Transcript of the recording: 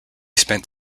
spent